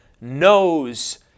knows